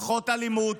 פחות אלימות,